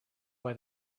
why